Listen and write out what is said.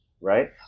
Right